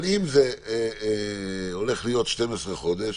אבל אם זה הולך להיות 12 חודש,